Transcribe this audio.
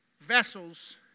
vessels